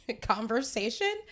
conversation